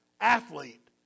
athlete